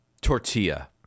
tortilla